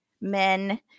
men